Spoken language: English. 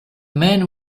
man